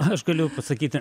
aš galiu pasakyti